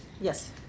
Yes